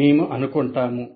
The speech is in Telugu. మేము అనుకుంటాము